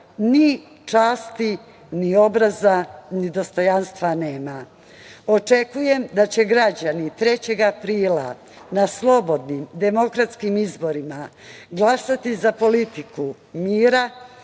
ni časti, ni obraza, ni dostojanstva nema. Očekujem da će građani 3. aprila na slobodnim demokratskim izborima glasati za politiku mira,